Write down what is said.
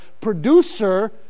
producer